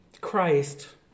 Christ